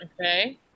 okay